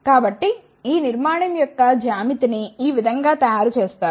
కాబట్టి ఈ నిర్మాణం యొక్క జ్యామితిని ఈ విధం గా తయారు చేస్తారు